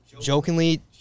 jokingly